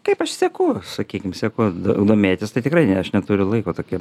kaip aš seku sakykim seku domėtis tai tikrai ne aš neturiu laiko tokiem